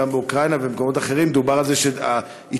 באוקראינה ובמקומות אחרים דובר על זה שהיתרון